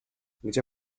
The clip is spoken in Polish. gdzie